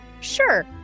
Sure